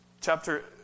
chapter